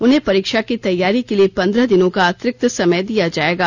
उन्हें परीक्षा की तैयारी के लिए पंद्रह दिनों का अतिरिक्त समय दिया जायेगा